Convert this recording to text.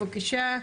בבקשה,